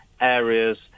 areas